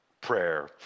prayer